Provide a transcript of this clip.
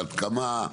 עד כמה?